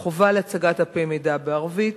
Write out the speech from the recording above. החובה להצגת דפי מידע בערבית